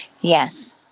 Yes